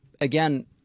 again